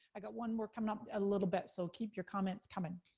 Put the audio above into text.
i got one more coming up in a little bit, so keep your comments coming.